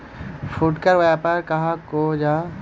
फुटकर व्यापार कहाक को जाहा?